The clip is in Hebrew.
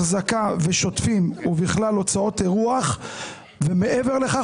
אחזקה ושוטפים ובכלל הוצאות אירוח ומעבר לכך,